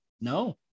no